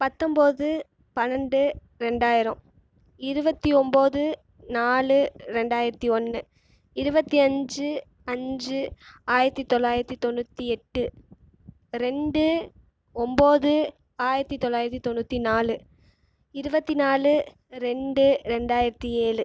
பத்தொம்போது பன்னென்டு ரெண்டாயிரம் இருபத்தி ஒம்பது நாலு ரெண்டாயிரத்தி ஒன்று இருபத்தி அஞ்சு அஞ்சு ஆயிரத்தி தொள்ளாயிரத்தி தொண்ணூற்றி எட்டு ரெண்டு ஒம்பது ஆயிரத்தி தொள்ளாயிரத்தி தொண்ணூற்றி நாலு இருபத்தி நாலு ரெண்டு ரெண்டாயிரத்தி ஏழு